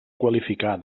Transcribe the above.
qualificar